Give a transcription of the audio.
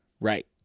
right